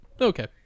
Okay